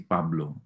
Pablo